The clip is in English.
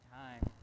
time